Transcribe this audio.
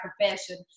profession